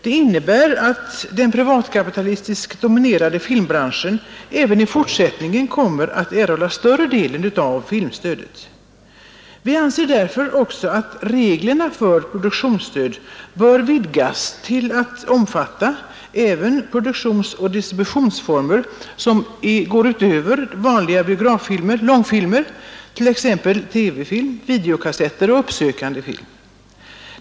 Det innebär att den privatkapitalistiskt dominerade filmbranschen även i fortsättningen kommer att erhålla större delen av filmstödet. Vi anser därför att reglerna för produktionsstödet bör vidgas till att omfatta även produktionsoch distributionsformer som går utöver vanliga biograflångfilmer, t.ex. TV-film, videokassetter och uppsökande film.